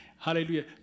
hallelujah